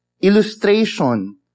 illustration